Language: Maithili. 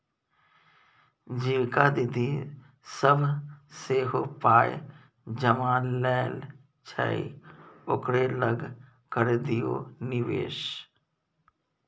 जीविका दीदी सभ सेहो पाय जमा लै छै ओकरे लग करि दियौ निवेश